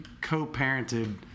co-parented